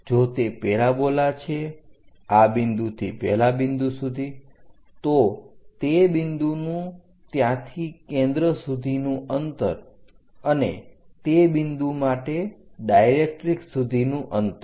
જો તે પેરાબોલા છે આ બિંદુથી પેલા બિંદુ સુધી તો તે બિંદુનું ત્યાંથી કેન્દ્ર સુધીનું અંતર અને તે બિંદુ માટે ડાયરેક્ટરીક્ષ સુધીનું અંતર